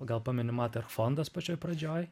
gal pameni meter fondas pačioj pradžioj